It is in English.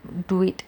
do it